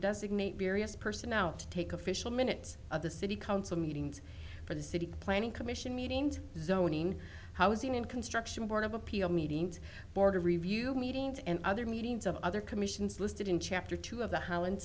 meet various personnel to take official minutes of the city council meetings for the city planning commission meeting and zoning housing and construction work of appeal meetings board of review meetings and other meetings of other commissions listed in chapter two of the highland